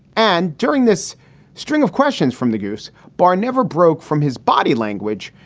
and during this string of questions from the juice bar never broke from his body language,